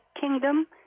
kingdom